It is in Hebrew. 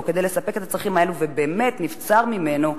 כדי לספק את הצרכים האלו ובאמת נבצר ממנו,